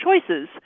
choices